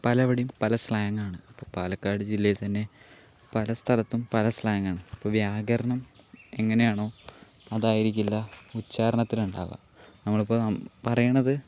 പലവിടെയും പല സ്ലാങ്ങ് ആണ് ഇപ്പോൾ പാലക്കാട് ജില്ലയിൽ തന്നെ പല സ്ഥലത്തും പല സ്ലാങ്ങ് ആണ് ഇപ്പോൾ വ്യാകരണം എങ്ങനെയാണോ അതായിരിക്കില്ല ഉച്ചാരണത്തിൽ ഉണ്ടാവുക നമ്മൾ ഇപ്പോൾ പറയണത്